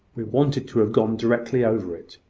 we wanted to have gone directly over it.